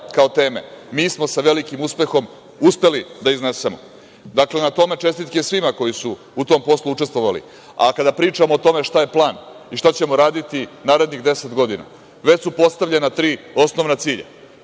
kao teme, mi smo sa velikim uspehom uspeli da iznesemo. Dakle, na tome čestitke svima koji su u tom poslu učestvovali. Kada pričamo o tome šta je plan i šta ćemo raditi narednih 10 godina, već su postavljena tri osnovna cilja.